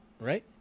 Right